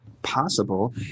possible